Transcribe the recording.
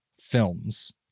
films